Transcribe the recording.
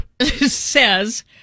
says